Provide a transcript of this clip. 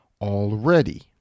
already